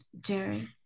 Jerry